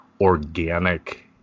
organic